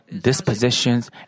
dispositions